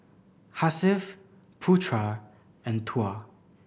Hasif Putra and Tuah